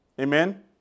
Amen